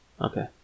Okay